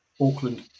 Auckland